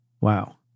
Wow